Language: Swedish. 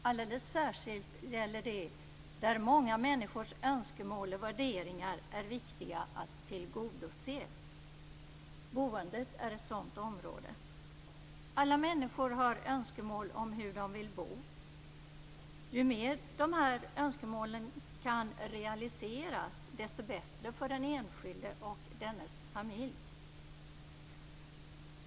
Alldeles särskilt gäller det där många människors önskemål och värderingar är viktiga att tillgodose. Boendet är ett sådant område. Alla människor har önskemål om hur de vill bo. Ju mer dessa önskemål kan realiseras, desto bättre är det för den enskilde och dennes familj.